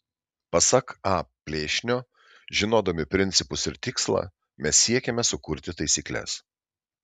pasak a plėšnio žinodami principus ir tikslą mes siekiame sukurti taisykles